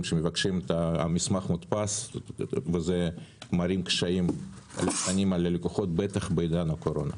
שמבקשים את המסמך מודפס וזה מערים קשיים על הלקוחות בטח בעידן הקורונה.